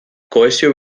kohesio